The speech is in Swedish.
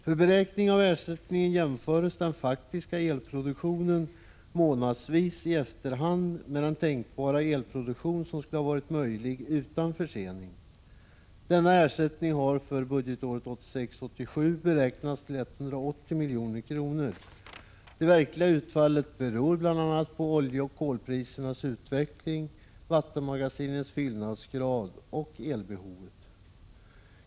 För beräkning av ersättning jämförs den faktiska elproduktionen månadsvis i efterhand med den elproduktion som skulle ha varit möjlig utan försening. Denna ersättning har för budgetåret 1986/87 beräknats till 180 milj.kr. Det verkliga utfallet beror bl.a. på oljeoch kolprisernas utveckling, vattenmagasinens fyllnadsgrad och elbehovet.